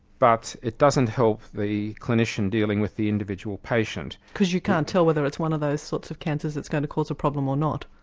but it doesn't help the clinician dealing with the individual patient. because you can't tell whether it's one of those sorts of cancers that's going to cause a problem or not?